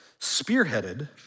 spearheaded